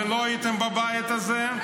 ולא הייתם בבית הזה,